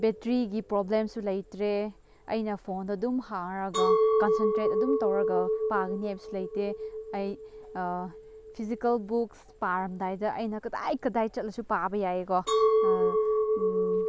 ꯕꯦꯠꯇ꯭ꯔꯤꯒꯤ ꯄ꯭ꯔꯣꯕ꯭ꯂꯦꯝꯁꯨ ꯂꯩꯇ꯭ꯔꯦ ꯑꯩꯅ ꯐꯣꯟꯗ ꯑꯗꯨꯝ ꯍꯥꯡꯂꯒ ꯀꯟꯁꯦꯟꯇ꯭ꯔꯦꯠ ꯑꯗꯨꯝ ꯇꯧꯔꯒ ꯄꯥꯒꯅꯤ ꯍꯥꯏꯕꯁꯨ ꯂꯩꯇꯦ ꯑꯩ ꯐꯤꯖꯤꯀꯦꯜ ꯕꯨꯛꯁ ꯄꯥꯔꯝꯗꯥꯏꯗ ꯑꯩꯅ ꯀꯗꯥꯏ ꯆꯠꯂꯁꯨ ꯄꯥꯕ ꯌꯥꯏꯌꯦꯀꯣ